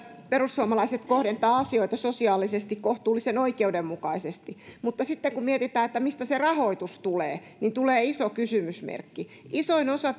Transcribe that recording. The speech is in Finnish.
perussuomalaiset kohdentavat asioita sosiaalisesti kohtuullisen oikeudenmukaisesti mutta sitten kun mietitään että mistä se rahoitus tulee niin tulee iso kysymysmerkki isoin osa